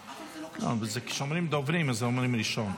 --- לא, כשאומרים "דוברים" אז אומרים "ראשון".